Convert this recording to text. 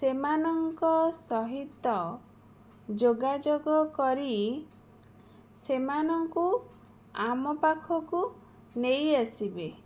ସେମାନଙ୍କ ସହିତ ଯୋଗାଯୋଗ କରି ସେମାନଙ୍କୁ ଆମ ପାଖକୁ ନେଇଆସିବେ